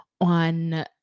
on